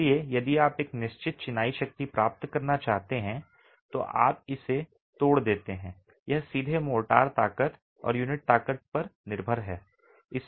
इसलिए यदि आप एक निश्चित चिनाई शक्ति प्राप्त करना चाहते हैं तो आप इसे तोड़ देते हैं यह सीधे मोर्टार ताकत और यूनिट ताकत पर निर्भर है